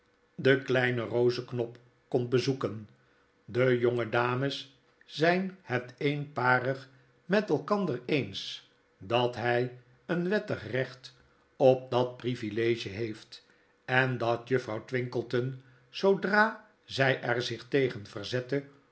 de kleine rozeknop komt bezoeken de jonge dames zyn het eenparig met elkander eens dat hy een wettig recht op dat privilegie heeft en dat juffrouw twinkleton zoodra zjj er zich tegen verzette